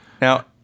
now